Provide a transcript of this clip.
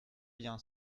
bien